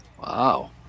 wow